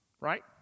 right